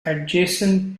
adjacent